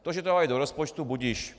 To, že to dali do rozpočtu, budiž.